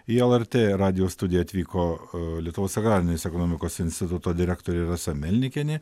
į lrt radijo studiją atvyko lietuvos agrarinės ekonomikos instituto direktorė rasa melnikienė